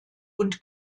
und